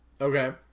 Okay